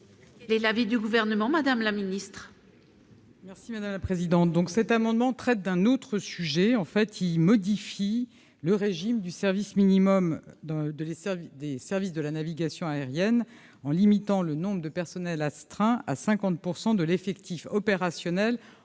Quel est l'avis du gouvernement, Madame la Ministre.